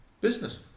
business